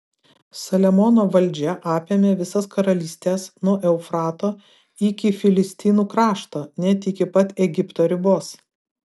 saliamono valdžia apėmė visas karalystes nuo eufrato iki filistinų krašto net iki pat egipto ribos